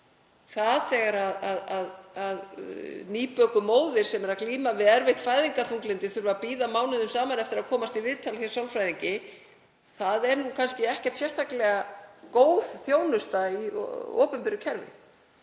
það. Þegar nýbökuð móðir sem glímir við erfitt fæðingarþunglyndi þarf að bíða mánuðum saman eftir að komast í viðtal hjá sálfræðingi er það kannski ekkert sérstaklega góð þjónusta í opinberu kerfi.